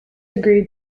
agreed